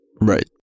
Right